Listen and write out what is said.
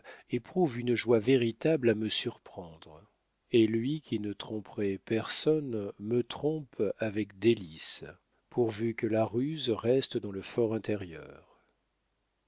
éprouve une joie véritable à me surprendre et lui qui ne tromperait personne me trompe avec délices pourvu que la ruse reste dans le for intérieur